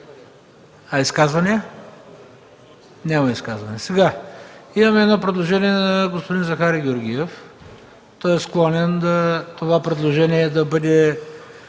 А изказвания? Няма изказвания. Има едно предложение на господин Захари Георгиев. Той е склонен това предложение да бъде